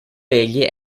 egli